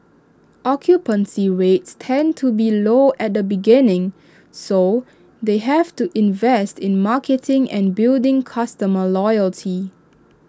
occupancy rates tend to be low at the beginning so they have to invest in marketing and building customer loyalty